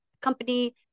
company